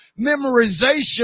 memorization